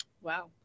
Wow